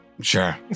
sure